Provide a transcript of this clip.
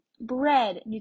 bread